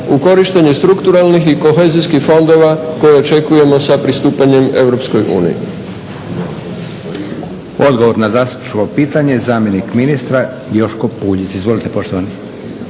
u korištenje strukturalnih i kohezijskih fondova koje očekujemo sa pristupanje EU.